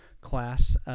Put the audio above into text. class